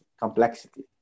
complexity